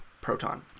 proton